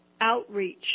outreach